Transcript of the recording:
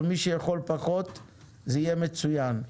ומי שיכול פחות זה יהיה מצוין.